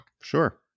Sure